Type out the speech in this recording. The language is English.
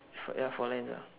f~ ya four lines ah